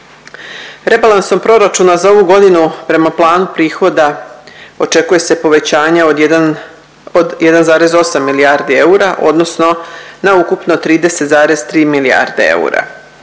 Rebalansom proračuna za ovu godinu prema planu prihoda očekuje se povećanje od 1,8 milijardi eura odnosno na ukupno 30,3 milijarde eura.